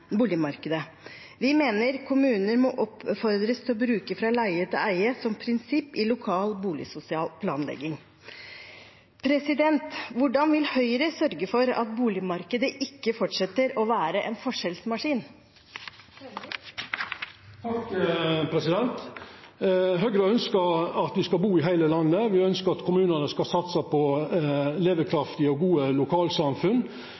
boligmarkedet. Vi mener kommuner må oppfordres til å bruke fra-leie-til-eie som prinsipp i lokal boligsosial planlegging. Hvordan vil Høyre sørge for at boligmarkedet ikke fortsetter å være en forskjellsmaskin? Høgre ønskjer at me skal bu i heile landet. Me ønskjer at kommunane skal satsa på